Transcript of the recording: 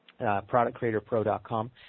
productcreatorpro.com